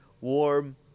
Warm